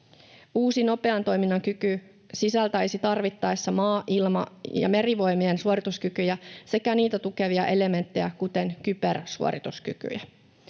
Uusi nopean toiminnan kyky sisältäisi tarvittaessa maa-, ilma- ja merivoimien suorituskykyjä sekä niitä tukevia elementtejä, kuten kybersuorituskykyjä.